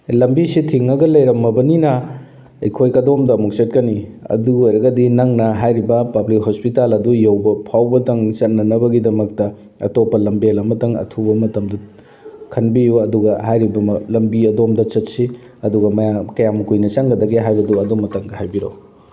ꯂꯝꯕꯤꯁꯤ ꯊꯤꯡꯉꯒ ꯂꯩꯔꯝꯃꯕꯅꯤꯅ ꯑꯩꯈꯣꯏ ꯀꯗꯣꯝꯗ ꯑꯃꯨꯛ ꯆꯠꯀꯅꯤ ꯑꯗꯨ ꯑꯣꯏꯔꯒꯗꯤ ꯅꯪꯅ ꯍꯥꯏꯔꯤꯕ ꯄꯥꯕ꯭ꯂꯤꯛ ꯍꯣꯁꯄꯤꯇꯥꯜ ꯑꯗꯨ ꯌꯧꯕ ꯐꯥꯎꯕꯗꯪ ꯆꯠꯅꯅꯕꯒꯤꯗꯃꯛꯇ ꯑꯇꯣꯞꯄ ꯂꯝꯕꯦꯜ ꯑꯃꯇꯪ ꯑꯊꯧꯕ ꯃꯇꯝꯗ ꯈꯟꯕꯤꯌꯨ ꯑꯗꯨꯒ ꯍꯥꯏꯔꯤꯕ ꯂꯝꯕꯤ ꯑꯗꯣꯝꯗ ꯆꯠꯁꯤ ꯑꯗꯨꯒ ꯀꯌꯥꯝ ꯀꯨꯏꯅ ꯆꯪꯒꯗꯒꯦ ꯍꯥꯏꯕꯗꯨ ꯑꯗꯨꯃꯇꯪꯒ ꯍꯥꯏꯕꯤꯔꯛꯎ